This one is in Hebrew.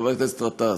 חבר הכנסת גטאס,